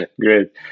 Great